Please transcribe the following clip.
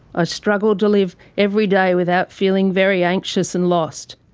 ah struggle to live every day without feeling very anxious and lost.